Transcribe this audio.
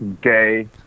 gay